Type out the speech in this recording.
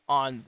on